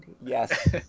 Yes